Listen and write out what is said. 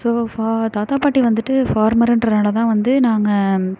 so for தாத்தா பாட்டி வந்துட்டு ஃபார்மர்ன்றதால் தான் வந்து நாங்கள்